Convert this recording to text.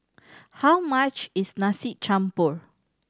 how much is Nasi Campur